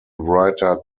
writer